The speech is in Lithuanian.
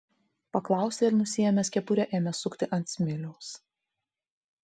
paklausė ir nusiėmęs kepurę ėmė sukti ant smiliaus